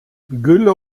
gülle